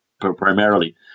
primarily